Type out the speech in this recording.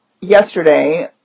yesterday